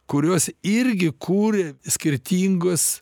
kurios irgi kuria skirtingus